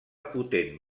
potent